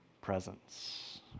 presence